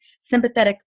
sympathetic